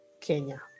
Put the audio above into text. Kenya